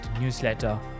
newsletter